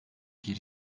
bir